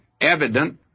Evident